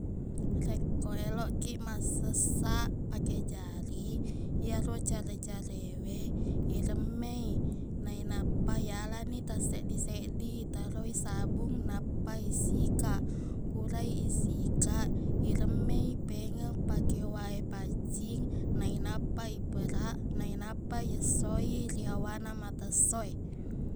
Rekko eloqkiq massessaq pake jari iyaro care-carewe iremmei nainappa iyalani tasseddi-seddi taroi sabung nappa isikaq purai isikaq iremmei pemeng pake wae paccing nainappa iperaq nainappa iyessoi iyawana mata essowe